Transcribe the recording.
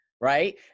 right